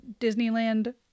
disneyland